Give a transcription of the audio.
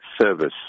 service